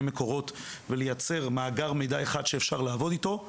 מקורות ולייצר מאגר מידע אחד שאפשר לעבוד איתו.